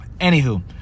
anywho